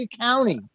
county